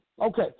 Okay